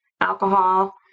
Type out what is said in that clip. alcohol